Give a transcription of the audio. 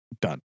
done